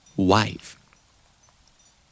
Wife